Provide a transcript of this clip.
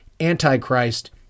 antichrist